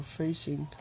facing